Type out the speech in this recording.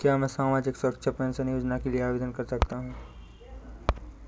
क्या मैं सामाजिक सुरक्षा पेंशन योजना के लिए आवेदन कर सकता हूँ?